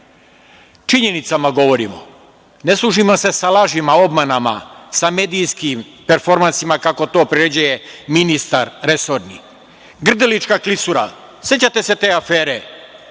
činjenicama govorim, ne služimo se sa lažima, obmanama, medijskim performansima, kako to priređuje ministar resorni. Grdelička klisura, sećate se te afere